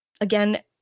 again